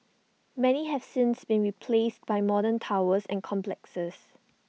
many have since been replaced by modern towers and complexes